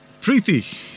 Preeti